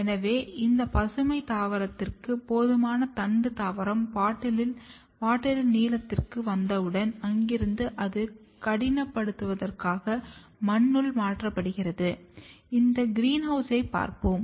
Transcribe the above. எனவே இந்த பசுமை தாவரத்திற்கு போதுமான தண்டு தாவரம் பாட்டிலின் நீளத்திற்கு வந்தவுடன் இங்கிருந்து அது கடினப்படுத்துவதற்காக மண்ணுக்குள் மாற்றப்படுகிறது இது கிரீன்ஹவுஸில் பார்ப்போம்